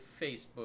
Facebook